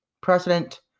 president